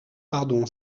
pardon